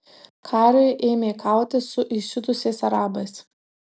kariui ėmė kautis su įsiutusiais arabais